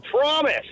promise